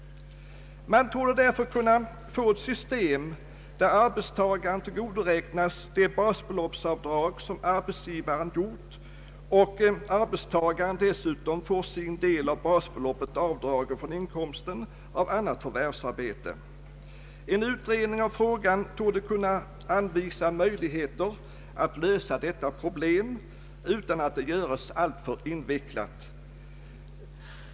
Det torde därför gå att skapa ett system där arbetstagaren tillgodoräknas det basbeloppsavdrag som arbetsgivaren gjort och arbetstagaren dessutom får sin del av basbeloppet avdragen från inkomsten av annat förvärvsarbete. En utredning av frågan torde kunna anvisa möjligheter att lösa detta problem utan att det görs alltför invecklat.